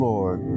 Lord